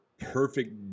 perfect